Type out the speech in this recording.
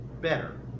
better